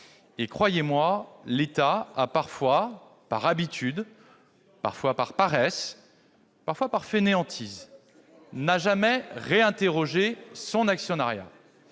Croyez-moi, l'État, parfois par habitude, parfois par paresse, parfois par fainéantise, n'a jamais réinterrogé son actionnariat.